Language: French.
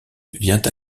vient